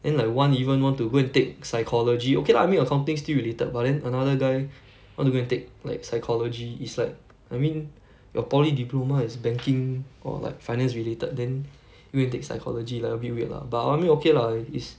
then like one even want to go and take psychology okay lah I mean accounting still related but then another guy want to go and take like psychology it's like I mean your poly diploma is banking or like finance related then you go and take psychology like a bit weird lah but I mean okay lah is